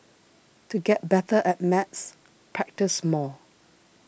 to get better at maths practise more